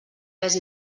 pes